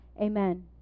Amen